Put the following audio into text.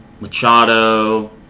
Machado